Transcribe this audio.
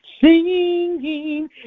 singing